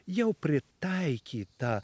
jau pritaikyta